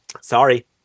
Sorry